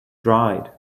dried